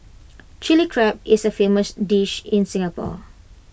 Chilli Crab is A famous dish in Singapore